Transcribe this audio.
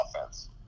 offense